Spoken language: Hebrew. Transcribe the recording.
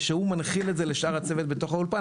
והוא מנחיל את זה לשאר הצוות בתוך האולפן,